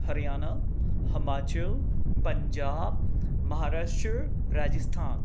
Haryana Himachal Punjab Maharashtra Rajasthan